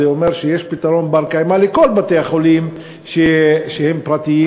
זה אומר שיש פתרון בר-קיימא לכל בתי-החולים שהם פרטיים